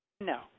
No